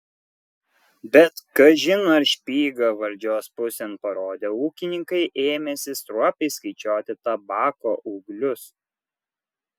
bet kažin ar špygą valdžios pusėn parodę ūkininkai ėmėsi stropiai skaičiuoti tabako ūglius